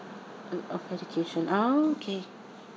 mm of education okay